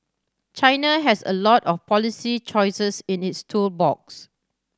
China has a lot of policy choices in its tool box